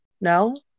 No